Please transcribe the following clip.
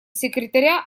секретаря